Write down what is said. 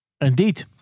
Indeed